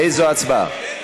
איזו הצבעה?